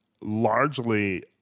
largely